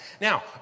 Now